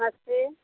नमस्ते